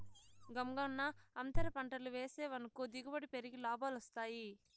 గంగన్నో, అంతర పంటలు వేసావనుకో దిగుబడి పెరిగి లాభాలొస్తాయి